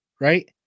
right